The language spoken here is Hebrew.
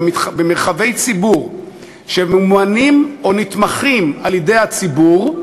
במרחבי ציבור שממומנים או נתמכים על-ידי הציבור,